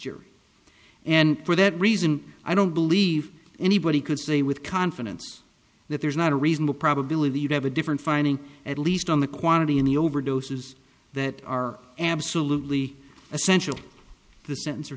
jury and for that reason i don't believe anybody could say with confidence that there's not a reasonable probability you have a different finding at least on the quantity in the overdoses that are absolutely essential to